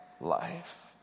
life